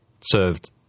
served